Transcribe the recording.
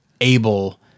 able